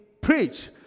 preach